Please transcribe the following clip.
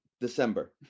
December